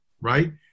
right